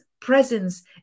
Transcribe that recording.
presence